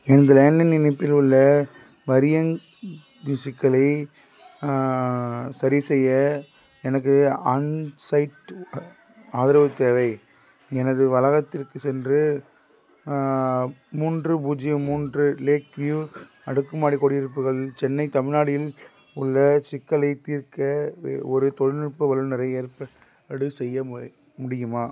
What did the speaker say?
எனது லேண்ட்லைன் இணைப்பில் உள்ள மரியங் சிக்கலைச் சரிசெய்ய எனக்கு ஆன்சைட் ஆதரவு தேவை எனது வளாகத்திற்குச் சென்று மூன்று பூஜ்ஜியம் மூன்று லேக் வியூ அடுக்குமாடி குடியிருப்புகள் சென்னை தமிழ்நாடில் உள்ள சிக்கலைத் தீர்க்க ஒரு தொழில்நுட்ப வல்லுநரை ஏற்பாடு செய்ய மு முடியுமா